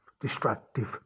destructive